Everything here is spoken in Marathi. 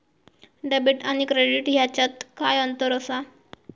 डेबिट आणि क्रेडिट ह्याच्यात काय अंतर असा?